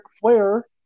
Flair